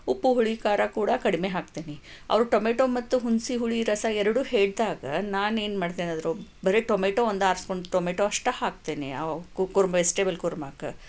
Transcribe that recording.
ಉಪ್ಪು ಹುಳಿ ಖಾರ ಕೂಡ ಕಡಿಮೆ ಹಾಕ್ತೀನಿ ಅವರು ಟೊಮೆಟೋ ಮತ್ತು ಹುಣಿಸೆ ಹುಳಿ ರಸ ಎರಡೂ ಹೇಳಿದಾಗ ನಾನೇನು ಮಾಡ್ತೇನೆ ಅದರ ಬರೀ ಟೊಮೆಟೊ ಒಂದು ಆರಿಸಿಕೊಂಡು ಟೊಮೆಟೋ ಅಷ್ಟೆ ಹಾಕ್ತೀನಿ ಆವಾಗ ವೆಜ್ಟೇಬಲ್ ಕುರ್ಮಕ್ಕೆ